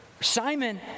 Simon